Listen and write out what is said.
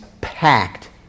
packed